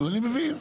אני מבין.